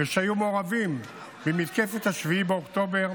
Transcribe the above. ושהיו מעורבים במתקפת 7 באוקטובר.